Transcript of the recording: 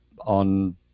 on